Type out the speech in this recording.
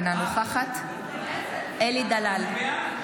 אינה נוכחת אלי דלל,